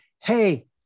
hey